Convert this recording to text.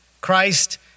Christ